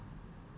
keat hong